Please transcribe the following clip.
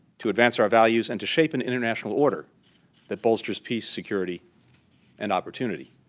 to advance our values and to shape an international order that bolsters peace, security and opportunity.